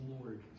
Lord